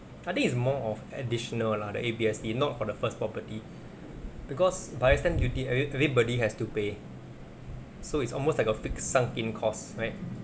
I think it's more of additional lah the A_B_S_D not for the first property because buyer's stamp duty every everybody has to pay so it's almost like a fixed sunk in cost right